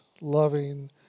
loving